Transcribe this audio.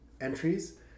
entries